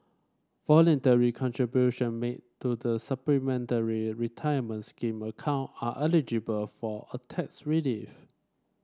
voluntary contribution made to the Supplementary Retirement Scheme account are eligible for a tax relief